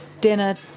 Dinner